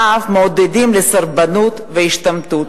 ואף מעודדים סרבנות והשתמטות.